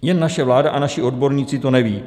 Jen naše vláda a naši odborníci to neví.